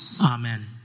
Amen